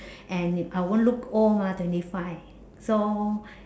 and I won't look old mah twenty five so